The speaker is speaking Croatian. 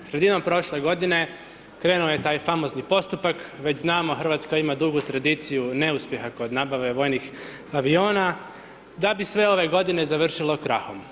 Sredinom prošle godine, krenuo je taj famozni postupak, već znamo Hrvatska ima dugu tradiciju neuspjeha nabave vojnih aviona, da bi sve ove godine završilo krahom.